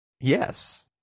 Yes